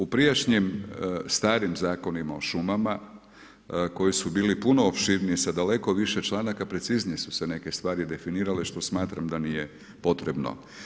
U prijašnjim starim zakonima o šumama koji su bili puno opširniji sa daleko više članaka preciznije su se neke stvari definirale što smatram da nije potrebno.